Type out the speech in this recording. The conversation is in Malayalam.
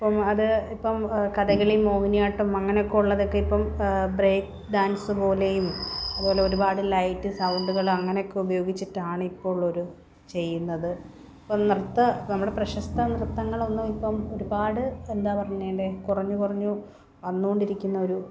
ഇപ്പം അത് ഇപ്പം കഥകളും മോഹിനിയാട്ടം അങ്ങനെയൊക്കെ ഉള്ളതൊക്കെ ഇപ്പം ബ്രേക്ക് ഡാൻസ് പോലെയും അതുപോലെ ഒരുപാട് ലൈറ്റ് സൗണ്ടുകൾ അങ്ങനെയൊക്കെ ഉപയോഗിച്ചിട്ടാണ് ഇപ്പോൾ ഉള്ളവർ ചെയ്യുന്നത് ഇപ്പം നൃത്തം നമ്മുടെ പ്രശസ്ത നൃത്തങ്ങളൊന്നും ഇപ്പം ഒരുപാട് എന്താ പറഞ്ഞേണ്ടെ കുറഞ്ഞു കുറഞ്ഞു വന്നുകൊണ്ടിരിക്കുന്ന ഒരു